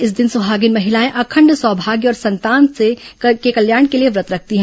इस दिन सुहागिन महिलाएं अखंड सौभाग्य और संतान के कल्याण के लिए व्रत रखती हैं